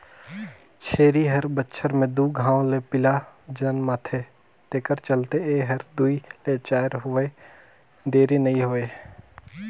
छेरी हर बच्छर में दू घांव ले पिला जनमाथे तेखर चलते ए हर दूइ ले चायर होवत देरी नइ होय